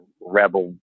rebel